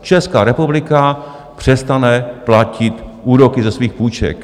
Česká republika přestane platit úroky ze svých půjček.